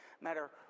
matter